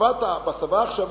בשפה העכשווית,